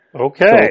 Okay